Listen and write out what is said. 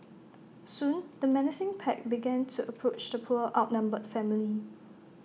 soon the menacing pack began to approach the poor outnumbered family